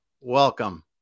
welcome